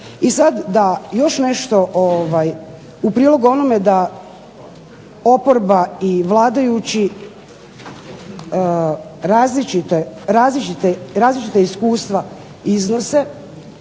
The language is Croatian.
I sada još nešto u prilog onome da oporba i vladajući različita iskustva iznose,